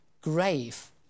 grave